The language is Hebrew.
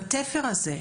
בתפר הזה,